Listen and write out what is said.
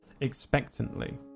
expectantly